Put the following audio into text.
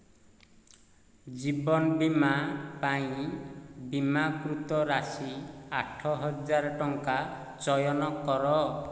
ଜୀବନ ବୀମା ପାଇଁ ବୀମାକୃତ ରାଶି ଆଠ ହଜାର ଟଙ୍କା ଚୟନ କର